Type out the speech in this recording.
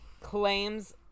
Claims